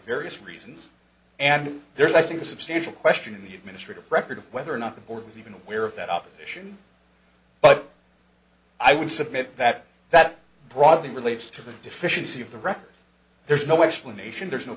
various reasons and there's i think a substantial question in the administrative record of whether or not the board was even aware of that opposition but i would submit that that probably relates to the deficiency of the record there's no explanation there's no